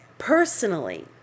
personally